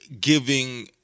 Giving